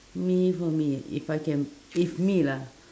me for me if I can if me lah